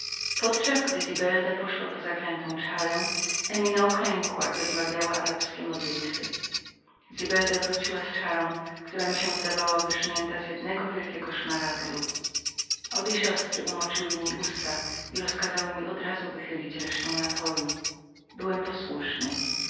podczas gdy zibelda poszła po zaklętą czarę emina uklękła i odmawiała arabskie modlitwy zibelda wróciła z czarą która mi się zdawała wyrżniętą z jednego wielkiego szmaragdu obie siostry umoczyły w niej usta i rozkazały mi do razu wychylić resztę napoju byłem posłuszny